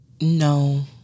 no